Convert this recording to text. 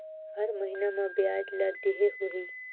हर महीना मा ब्याज ला देहे होही?